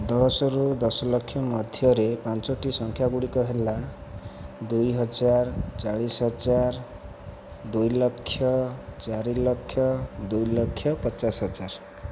ଦଶରୁ ଦଶ ଲକ୍ଷ ମଧ୍ୟରେ ପାଞ୍ଚଟି ସଂଖ୍ୟା ଗୁଡ଼ିକ ହେଲା ଦୁଇ ହଜାର ଚାଳିଶ ହଜାର ଦୁଇ ଲକ୍ଷ ଚାରି ଲକ୍ଷ ଦୁଇ ଲକ୍ଷ ପଚାଶ ହଜାର